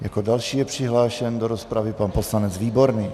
Jako další je přihlášen do rozpravy pan poslanec Výborný.